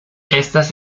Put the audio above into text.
estas